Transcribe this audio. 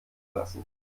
lassen